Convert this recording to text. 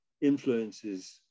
influences